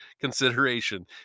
consideration